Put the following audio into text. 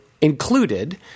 included